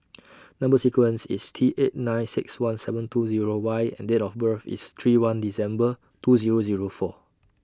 Number sequence IS T eight nine six one seven two Zero Y and Date of birth IS three one December two Zero Zero four